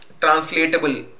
translatable